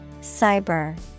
Cyber